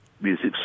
Music